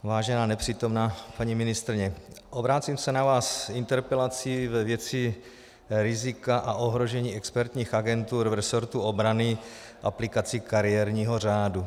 Vážená nepřítomná paní ministryně, obracím se na vás s interpelací ve věci rizika a ohrožení expertních agentur v resortu obrany aplikací kariérního řádu.